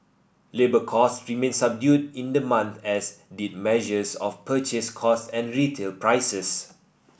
labour costs remained subdued in the month as did measures of purchase costs and retail prices